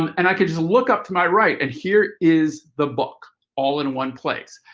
um and i could just look up to my right and here is the book all in one place.